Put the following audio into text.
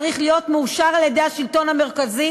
צריך להיות מאושר על-ידי השלטון המרכזי